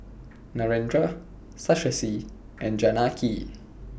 Narendra and Janaki